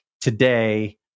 today